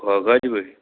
ঘৰে ঘৰে দিবহি